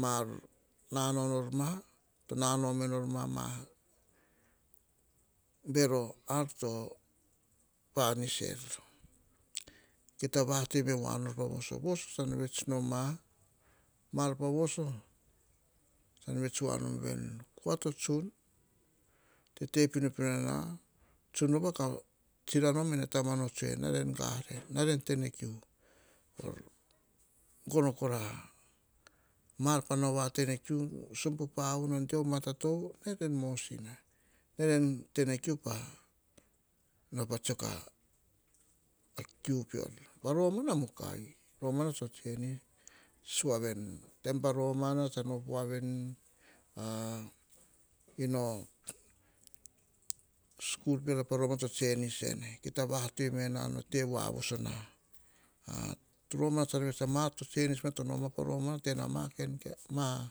Ma ar nanao nor ma. To nanao menor ma, ma bero ar to panis er. Kita vatoi me voa nor a voso, voso tsan vets nom a, mar pa voso tsan vets voa nom veni. Kua to tsun, tete pinopino ena, tsinano mene tomana tsoer nare en garen, ge tene kiu. Gono kora ma ar, pa nao va tene kiu, sobe o pauna o mata tov, nair em mosina. Raur en tene kiu, pa tsiako a kiu peor. Pa romana vamukai. Romana no tsenis voa veni, taim pa romana tsan op voa veni, a, ino school peara to tsenis ene. Kita vatoi na pa no tevoa vaso na, romana tsara op a mar to tsenis ene to noma pa romana to tena ma kain kain, ma